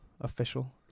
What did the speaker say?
official